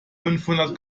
fünfhundert